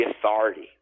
authority